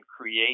create